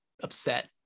upset